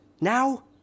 Now